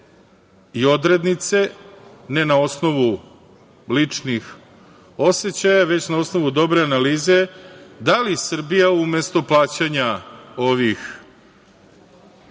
i odrednice, ne na osnovu ličnih osećaja, već na osnovu dobre analize, da li Srbija umesto plaćanja ovih